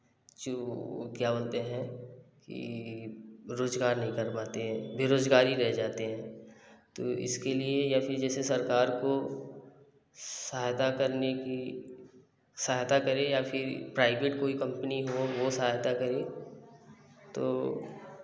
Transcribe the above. जो क्या बोलते हैं कि रोजगार नहीं कर पाते हैं बेरोजगार ही रह जाते हैं तो इसके लिए या फिर जैसे सरकार को सहायता करने की सहायता करे या फिर प्राइवेट कोई कंपनी हो वो सहायता करे तो